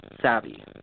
savvy